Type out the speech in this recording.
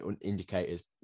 indicators